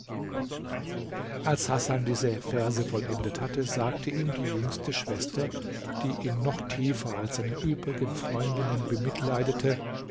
als hasan diese verse vollendet hatte sagte ihm die jüngste schwester die ihn noch tiefer als seine übrigen freundinnen bemitleidete